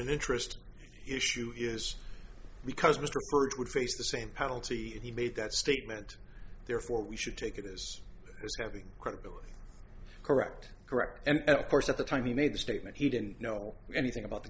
the interest issue is because mr hurd would face the same penalty if he made that statement therefore we should take it this was having credibility correct correct and of course at the time he made the statement he didn't know anything about the